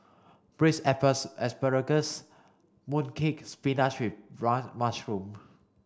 braised asparagus mooncake spinach wrong mushroom